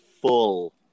full